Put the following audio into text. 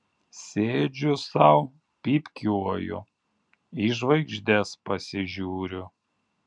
sėdžiu sau pypkiuoju į žvaigždes pasižiūriu